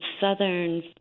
Southern